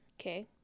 Okay